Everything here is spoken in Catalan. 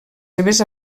seves